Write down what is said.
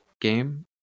game